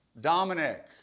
Dominic